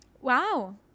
Wow